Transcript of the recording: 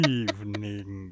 evening